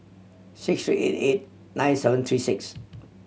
six three eight eight nine seven three six